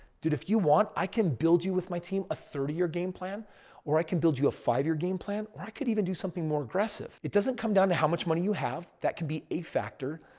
dude, if you want, i can build you with my team a thirty year game plan or i can build you a five year game plan. i could even do something more aggressive. it doesn't come down to how much money you have. that can be a factor.